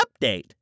update